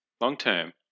Long-term